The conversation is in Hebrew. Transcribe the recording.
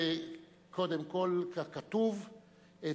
קודם כול ככתוב,